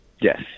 Yes